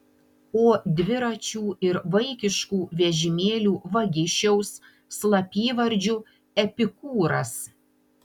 o dviračių ir vaikiškų vežimėlių vagišiaus slapyvardžiu epikūras